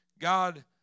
God